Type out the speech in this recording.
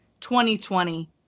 2020